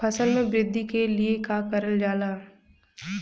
फसल मे वृद्धि के लिए का करल जाला?